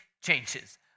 changes